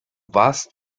warst